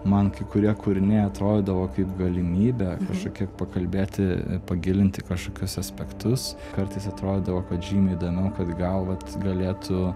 man kai kurie kūriniai atrodydavo kaip galimybė šiek tiek pakalbėti pagilinti kažkokius aspektus kartais atrodydavo kad žymiai įdomiau kad gal vat galėtų